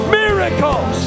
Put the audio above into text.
miracles